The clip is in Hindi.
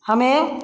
हमें